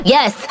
Yes